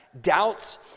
doubts